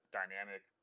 dynamic